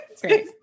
Great